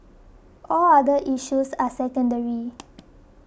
all other issues are secondary